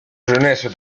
jeunesse